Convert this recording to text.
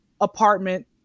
apartment